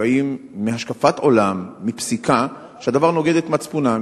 שבאים מהשקפת עולם, מפסיקה, שהדבר נוגד את מצפונם.